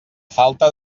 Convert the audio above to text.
falta